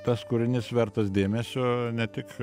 tas kūrinys vertas dėmesio ne tik